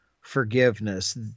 forgiveness